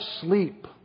sleep